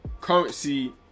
currency